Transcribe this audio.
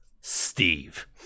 Steve